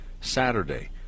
Saturday